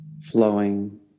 flowing